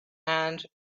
and